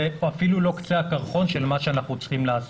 אפילו לא קצה הקרחון של מה שאנחנו צריכים לעשות.